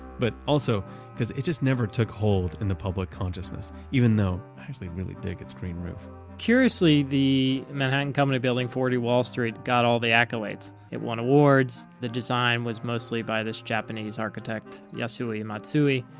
but also cause it just never took hold in the public consciousness even though i actually really dig its green roof curiously, the manhattan company building forty wall street got all the accolades. it won awards. the design was mostly by this japanese architect, yasuo yeah matsui,